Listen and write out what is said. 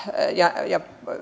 ja